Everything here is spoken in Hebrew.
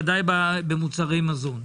ודאי במוצרי מזון.